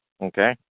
okay